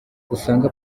usanga